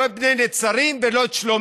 לא את בני נצרים ולא את שלומית,